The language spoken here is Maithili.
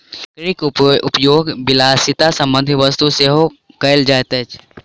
लकड़ीक उपयोग विलासिता संबंधी वस्तुक लेल सेहो कयल जाइत अछि